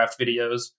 videos